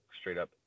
straight-up